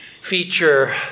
feature